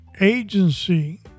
agency